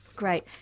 Great